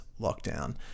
lockdown